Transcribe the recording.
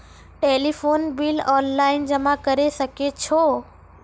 Telephone bill online जमा करै सकै छौ?